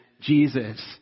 Jesus